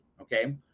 okay